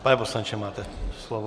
Pane poslanče, máte slovo.